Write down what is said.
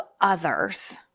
others